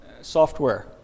software